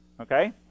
Okay